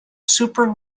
super